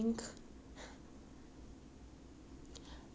it's like the emma emma color